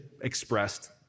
expressed